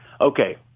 Okay